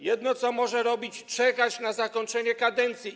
Jedyne, co może robić, to czekać na zakończenie kadencji.